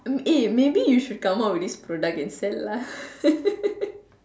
hmm eh maybe you should come up with this product instead lah